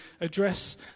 address